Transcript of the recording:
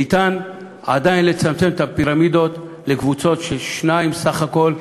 אם עדיין אפשר לצמצם את הפירמידות לקבוצות של שתיים בסך הכול,